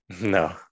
No